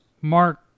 Mark